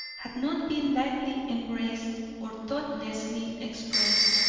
had not been lightly embraced or thoughtlessly expressed.